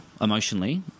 emotionally